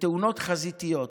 ותאונות חזיתיות.